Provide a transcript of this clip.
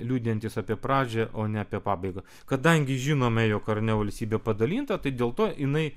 liudijantis apie pradžią o ne apie pabaigą kadangi žinome jog ar ne valstybė padalinta tai dėl to jinai